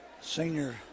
senior